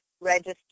register